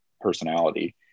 personality